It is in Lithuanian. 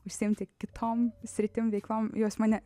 užsiimti kitom sritim veiklom jos mane